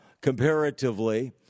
comparatively